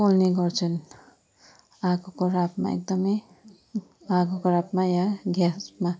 पोल्ने गर्छन् आगोको रापमा एकदम आगोको रापमा वा ग्यासमा